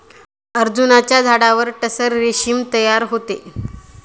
अर्जुनाच्या झाडावर टसर रेशीम तयार होते